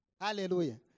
Hallelujah